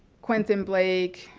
quentin blake,